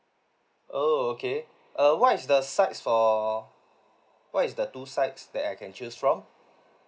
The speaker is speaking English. oh okay uh what is the sides for what is the two sides that I can choose from